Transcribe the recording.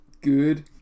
good